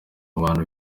bantu